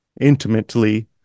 intimately